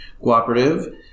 Cooperative